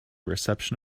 reception